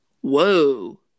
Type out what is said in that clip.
Whoa